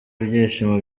ibyishimo